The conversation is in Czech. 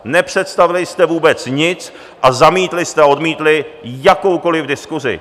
Nepředstavili jste vůbec nic, zamítli jste a odmítli jakoukoli diskusi.